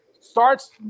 Starts